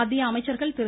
மத்திய அமைச்சர்கள் திரு